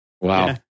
wow